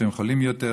שהם חולים יותר,